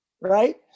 right